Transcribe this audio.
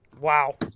Wow